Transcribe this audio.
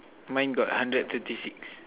mine got hundred fifty six